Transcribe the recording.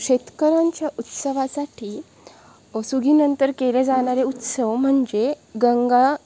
शेतकऱ्यांच्या उत्सवासाठी सुगीनंतर केले जाणारे उत्सव म्हणजे गंगा